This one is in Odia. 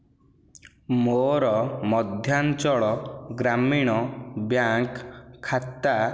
ମୋର ମଧ୍ୟାଞ୍ଚଳ ଗ୍ରାମୀଣ ବ୍ୟାଙ୍କ୍ ଖାତା